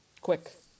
Quick